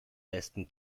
besten